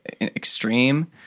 extreme